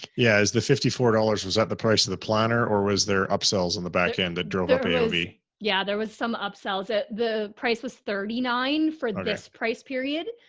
yeah. as the fifty four dollars, was that the price of the planner or was there upsells on the back end that drove up ah aov? yeah, there was some upsells at the price was thirty nine for this price period.